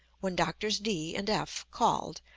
when doctors d and f called,